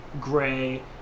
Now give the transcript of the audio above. gray